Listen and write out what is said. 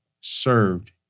served